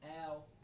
Al